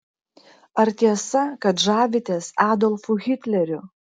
ar tiesa kad žavitės adolfu hitleriu